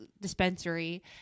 dispensary